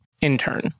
intern